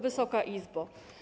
Wysoka Izbo!